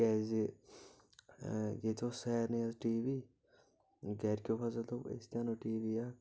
تِکیٛازِ ییٚتہِ اوس سارنی حظ ٹی وی گرِ کیو ہسا دوٚپ أسۍ تہِ انو ٹی وی اکھ